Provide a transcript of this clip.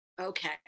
Okay